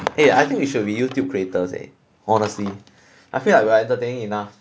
eh I think we should be youtube creators eh honestly I feel like we're entertaining enough